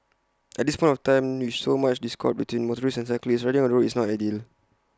at this point of time with so much discord between motorists and cyclists riding on the road is not ideal